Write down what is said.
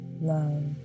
love